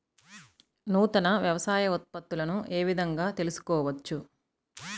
నూతన వ్యవసాయ ఉత్పత్తులను ఏ విధంగా తెలుసుకోవచ్చు?